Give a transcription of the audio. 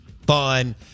Fun